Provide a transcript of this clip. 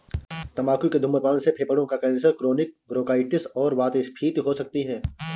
तंबाकू के धूम्रपान से फेफड़ों का कैंसर, क्रोनिक ब्रोंकाइटिस और वातस्फीति हो सकती है